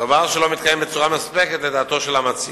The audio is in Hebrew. דבר שלא מתקיים בצורה מספקת, לדעתו של המציע.